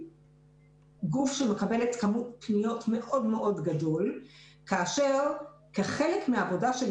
הגוף שמקבל כמות הפניות מאוד מאוד גדול כאשר כחלק מהעבודה שלי,